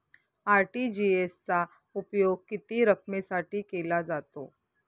RTGS चा उपयोग किती रकमेसाठी केला जातो?